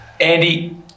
Andy